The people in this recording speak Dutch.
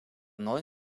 nooit